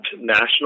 national